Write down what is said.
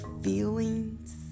feelings